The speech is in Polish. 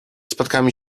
spotkamy